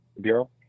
Bureau